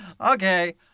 Okay